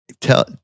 Tell